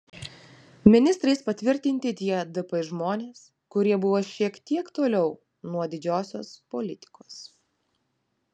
ministrais patvirtinti tie dp žmonės kurie buvo šiek tiek toliau nuo didžiosios politikos